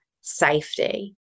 safety